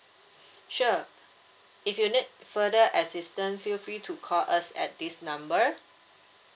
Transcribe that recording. sure if you need further assistant feel free to call us at this number